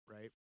right